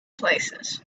places